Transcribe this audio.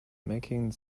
making